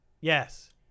Yes